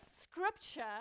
scripture